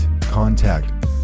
contact